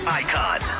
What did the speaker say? icon